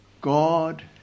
God